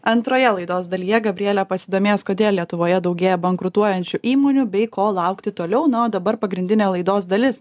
antroje laidos dalyje gabrielė pasidomės kodėl lietuvoje daugėja bankrutuojančių įmonių bei ko laukti toliau nu o dabar pagrindinė laidos dalis